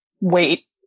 wait